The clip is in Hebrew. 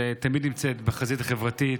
שתמיד נמצאת בחזית החברתית,